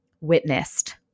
witnessed